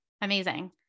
Amazing